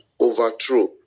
overthrow